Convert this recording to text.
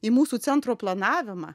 į mūsų centro planavimą